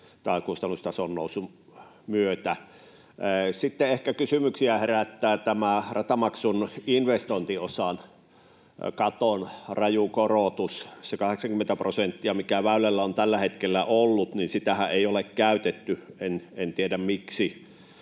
jo kustannustason nousun myötä. Sitten ehkä kysymyksiä herättää tämä ratamaksun investointiosan katon raju korotus. Sitä 80 prosenttiahan, mikä väylällä on tällä hetkellä ollut, ei ole käytetty. En tiedä, miksi